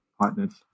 partners